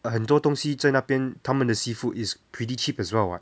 很多东西在那边他们的 seafood is pretty cheap as well what